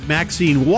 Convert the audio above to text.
Maxine